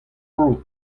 vro